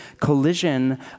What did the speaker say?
collision